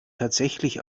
tatsächlich